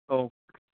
okay